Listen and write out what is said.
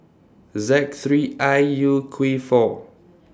Z three I U Q four